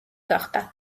გახდა